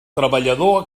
treballador